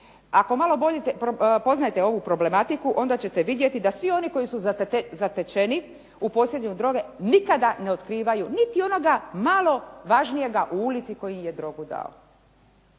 Ako malo bolje poznajete ovu problematiku, onda ćete vidjeti da svi oni koji su zatečeni u posjedovanju droge nikada ne otkrivaju niti onoga malo važnijega u ulici koji je drogu dao.